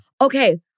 Okay